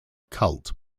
cult